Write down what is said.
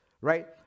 Right